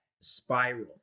spiral